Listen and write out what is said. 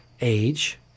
age